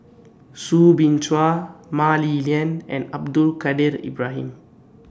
Soo Bin Chua Mah Li Lian and Abdul Kadir Ibrahim